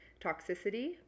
toxicity